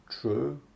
True